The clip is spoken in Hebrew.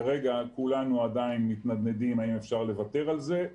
כרגע, כולנו עדיין מתנדנדים האם אפשר לוותר על זה,